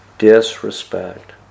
Disrespect